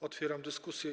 Otwieram dyskusję.